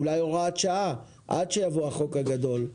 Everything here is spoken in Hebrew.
אולי הוראת שעה עד שיבוא החוק הגדול.